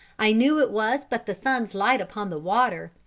i knew it was but the sun's light upon the water,